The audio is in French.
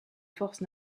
force